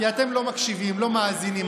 כי אתם לא מקשיבים ולא מאזינים.